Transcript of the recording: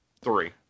Three